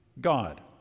God